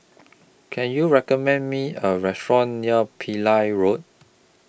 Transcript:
Can YOU recommend Me A Restaurant near Pillai Road